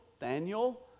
daniel